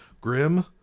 Grim